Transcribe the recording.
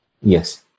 Yes